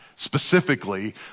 specifically